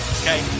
okay